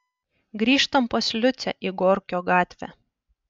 grįžtam pas liucę į gorkio gatvę